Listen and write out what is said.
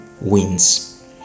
wins